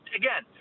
again